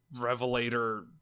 Revelator